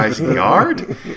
yard